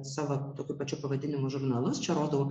savo tokiu pačiu pavadinimu žurnalus čia rodau